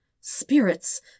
Spirits